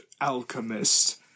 alchemist